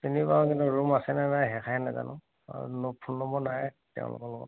কিন্তু ৰুম আছে নে নাই সেই আখাৰে নেজানো আৰু ফোন নম্বৰ নাই তেওঁলোকৰ লগত